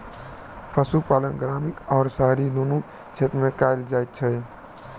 पशुपालन ग्रामीण आ शहरी दुनू क्षेत्र मे कयल जाइत छै